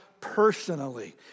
personally